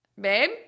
Babe